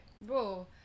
Bro